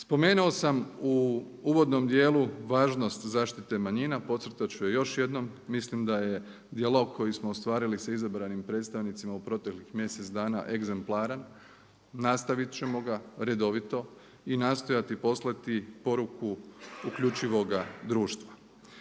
Spomenuo sam u uvodnom dijelu važnost zaštite manjina, podcrtat ću je još jednom. Mislim da je dijalog koji smo ostvarili sa izabranim predstavnicima u proteklih mjesec dana egzemplaran. Nastavit ćemo ga redovito i nastojati poslati poruku uključivoga društva.